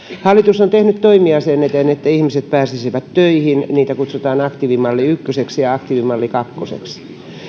hallitus on tehnyt toimia sen eteen että ihmiset pääsisivät töihin niitä kutsutaan aktiivimalli ykköseksi ja aktiivimalli kakkoseksi